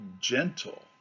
gentle